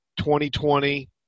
2020